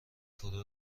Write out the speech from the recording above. فرو